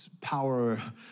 power